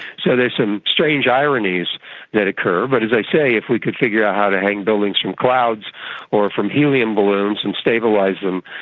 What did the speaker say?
so there's some strange ironies that occur. but as i say, if we could figure out how to hang buildings from clouds or from helium balloons and stabilise them,